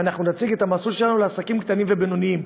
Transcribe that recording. אנחנו נציג את המסלול שלנו לעסקים קטנים ובינוניים.